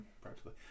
practically